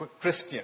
Christian